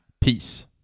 peace